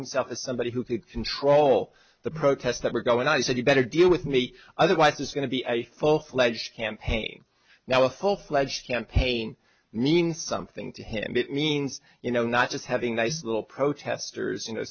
himself as somebody who could control the protests that were going on i said you better deal with me otherwise it's going to be a full fledged campaign now a full fledged campaign mean something to him it means you know not just having nice little protesters